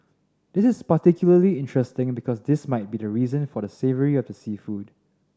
this is particularly interesting because this might be the reason for the savoury of the seafood